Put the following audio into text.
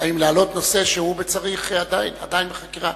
אם להעלות נושא שהוא עדיין בחקירה.